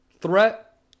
threat